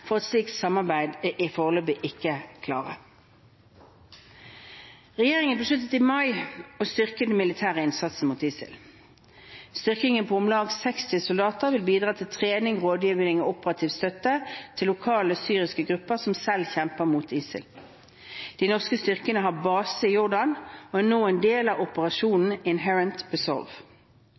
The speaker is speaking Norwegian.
for et slikt samarbeid er foreløpig ikke klare. Regjeringen besluttet i mai å styrke den militære innsatsen mot ISIL. Styrken på om lag 60 soldater vil bidra med trening, rådgivning og operativ støtte til lokale syriske grupper som selv kjemper mot ISIL. De norske styrkene har base i Jordan og er nå en del av operasjonen